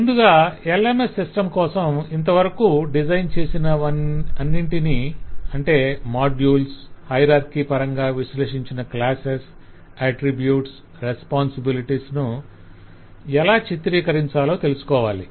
ముందుగా LMS system కోసం ఇంతవరకూ డిజైన్ చేసినవన్నింటినీ - అంటే మాడ్యుల్స్ హయరార్కి పరంగా విశ్లేషించిన క్లాసెస్ అట్త్రిబ్యూట్స్ రెస్పొంసిబిలిటీస్ ను - ఎలా చిత్రీకరించాలో తెలుసుకోవాలి